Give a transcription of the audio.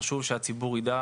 חשוב שהציבור ידע,